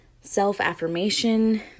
self-affirmation